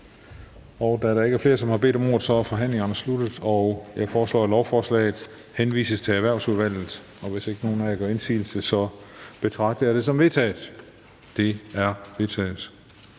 Da der ikke er flere, som har bedt om ordet, er forhandlingen sluttet. Jeg foreslår, at lovforslaget henvises til Erhvervsudvalget. Hvis ikke nogen af jer gør indsigelse, betragter jeg det som vedtaget. Det er vedtaget.